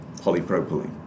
polypropylene